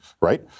right